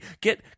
get